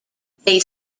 they